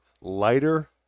lighter